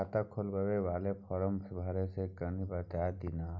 खाता खोलैबय वाला फारम केना भरबै से कनी बात दिय न?